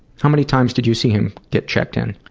how many times did you see him get checked in?